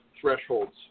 thresholds